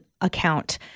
account